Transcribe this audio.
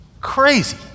Crazy